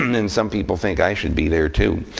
and some people think i should be there too.